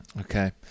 Okay